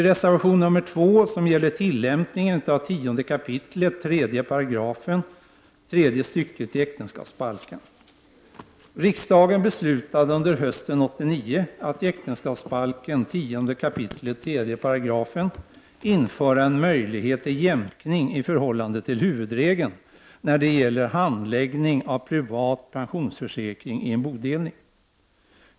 Reservation 2 gäller tillämpningen av 10 kap. 3 § tredje stycket i äktenskapsbalken. Riksdagen beslutade under hösten 1989 att i äktenskapsbalkens 10 kap. 3 § införa en möjlighet till jämkning i förhållande till huvudregeln när det gäller handläggning av privat pensionsförsäkring i en bodelning.